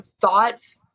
Thoughts